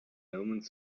omens